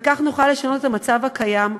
וכך נוכל לשנות את המצב הקיים,